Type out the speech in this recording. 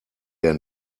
der